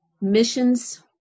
missions